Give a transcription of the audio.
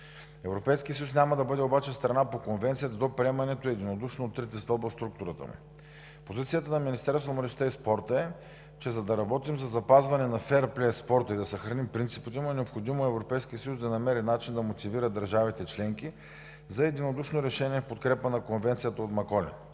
Европейският съюз няма да бъде обаче страна по Конвенцията до приемането ѝ единодушно от трите стълба в структурата му. Позицията на Министерството на младежта и спорта е, че за да работим за запазване на феърплея в спорта и да съхраним принципите му, е необходимо Европейският съюз да намери начин да мотивира държавите членки за единодушно решение в подкрепа на Конвенцията от Маколин.